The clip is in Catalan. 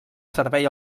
servei